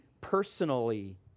personally